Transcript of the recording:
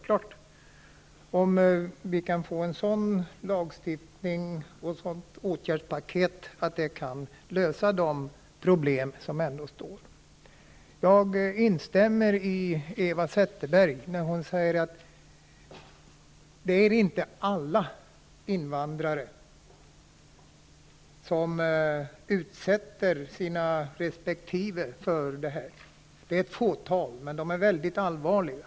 Kan vi få en sådan lagstiftning och ett sådant åtgärdspaket kan det lösa problem som återstår. Jag instämmer i det Eva Zetterberg sade om att det inte är alla invandrare som utsätter sina respektive för detta. Det är ett fåtal fall, men de är mycket allvarliga.